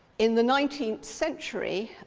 in the nineteenth century,